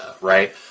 right